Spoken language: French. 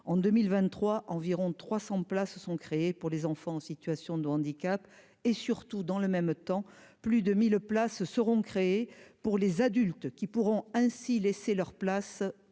en 2023 environ 300 places sont créées pour les enfants en situation de handicap et surtout dans le même temps, plus de 1000 places seront créées pour les adultes qui pourront ainsi laisser leur place